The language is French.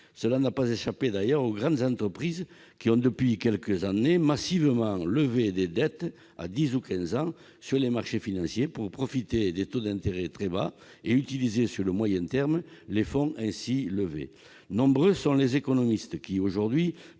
d'ailleurs pas échappé aux grandes entreprises, qui, depuis quelques années, ont massivement contracté des dettes à dix ou quinze ans sur les marchés financiers pour profiter des taux d'intérêt très bas et utiliser sur le moyen terme les fonds ainsi levés. Nombreux sont les économistes qui, aujourd'hui,